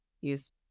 use